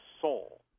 soul